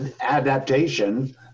adaptation